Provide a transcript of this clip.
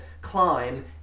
climb